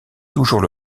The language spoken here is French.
toujours